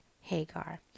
Hagar